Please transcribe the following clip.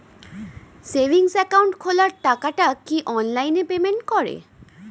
Savings account খোলা টাকাটা কি অনলাইনে পেমেন্ট করে?